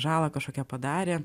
žalą kažkokią padarė